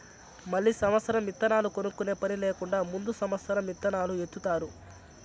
మళ్ళీ సమత్సరం ఇత్తనాలు కొనుక్కునే పని లేకుండా ముందు సమత్సరం ఇత్తనాలు ఇత్తుతారు